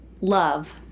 Love